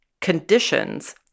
conditions